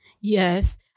Yes